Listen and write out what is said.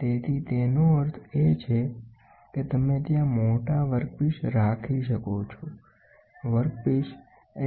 તેથી તેનો અર્થ એ છે કે તમે ત્યાં મોટા વર્કપીસ રાખી શકો છો વર્કપીસ